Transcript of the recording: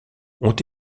ont